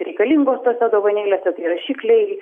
reikalingos tose dovanėlėse tai rašikliai